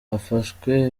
hafashwe